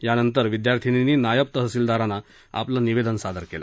यानंतर विद्यार्थ्यांनीनी नायब तहसीलदारांना आपलं निवेदन दिलं